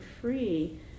free